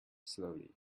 slowly